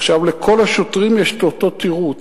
עכשיו לכל השוטרים יש את אותו התירוץ: